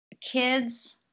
kids